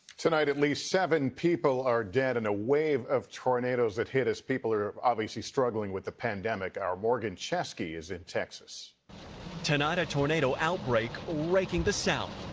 tonight, at least seven people are dead in a wave of tornados that hit us people are obviously struggling with the pandemic. our morgan chesky is in texas. reporter tonight a tornado outbreak raking the south.